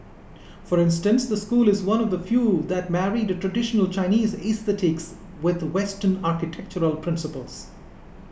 for instance the school is one of the few that married traditional Chinese aesthetics with Western architectural principles